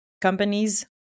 companies